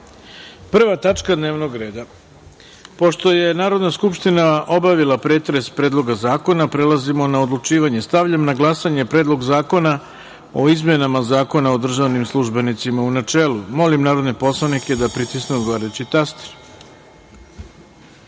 tačka dnevnog reda. Pošto je Narodna skupština obavila pretres Predloga zakona, prelazimo na odlučivanje. Stavljam na glasanje Predlog zakona o izmenama Zakona o državnim službenicima, u načelu. Molim narodne poslanike da pritisnu odgovarajući